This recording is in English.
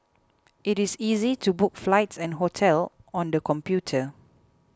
it is easy to book flights and hotels on the computer